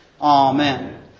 Amen